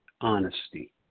honesty